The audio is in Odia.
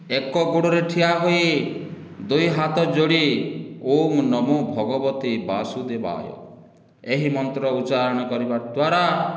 ଏକ ଗୋଡ଼ରେ ଠିଆ ହୋଇ ଦୁଇ ହାତ ଯୋଡ଼ି ଓଁ ନମୋ ଭଗବତେ ବାସୁଦେବାୟ ଏହି ମନ୍ତ୍ର ଉଚାରଣ କରିବା ଦ୍ୱାରା